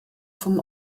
vom